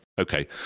Okay